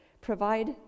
provide